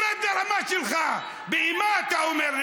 דוח מבקר המדינה מצא שיש כשל מבני ומערכתי בשני